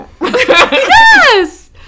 Yes